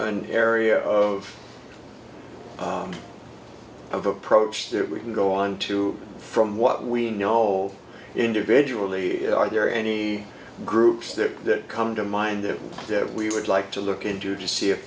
an area of of approach that we can go on to from what we know individually are there any groups that come to mind that we would like to look into to see if